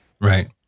Right